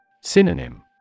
Synonym